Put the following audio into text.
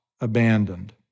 abandoned